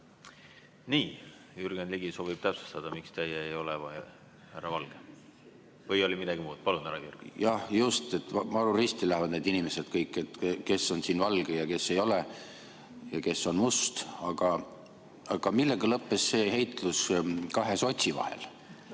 Nii. Jürgen Ligi soovib täpsustada, miks teie ei ole härra Valge. Või oli midagi muud? Palun, härra Ligi! Jah, just, et maru risti lähevad need inimesed kõik, kes on siin valge ja kes ei ole ja kes on must. Aga millega lõppes see heitlus kahe sotsi vahel?